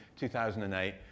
2008